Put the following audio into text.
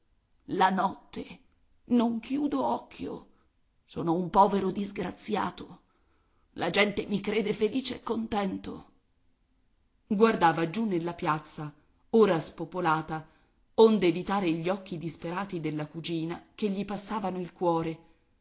la notte non chiudo occhio sono un povero disgraziato la gente mi crede felice e contento guardava giù nella piazza ora spopolata onde evitare gli occhi disperati della cugina che gli passavano il cuore